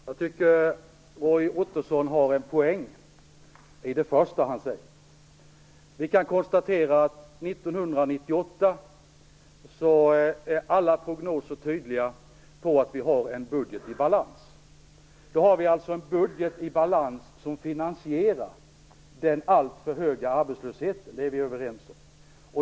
Herr talman! Jag tycker att Roy Ottosson har en poäng i det första han säger. Vi kan konstatera att alla prognoser tydligt visar att vi 1998 har en budget i balans. Då har vi alltså en budget i balans som finansierar den alltför höga arbetslösheten. Det är vi överens om.